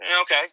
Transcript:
okay